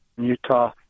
Utah